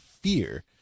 fear